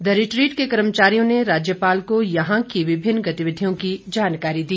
the retreat के कर्मचारियों ने राज्यपाल को यहां की विभिन्न गतिविधियों की जानकारी दी